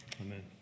Amen